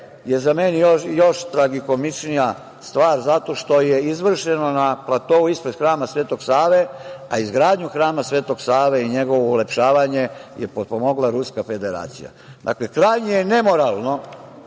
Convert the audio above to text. je za mene još tragikomičnija stvar zato što je izvršeno na platou ispred Hrama Svetog Save, a izgradnju Hrama Svetog Save i njegovo ulepšavanje je potpomogla Ruska Federacija. Dakle, krajnje je nemoralno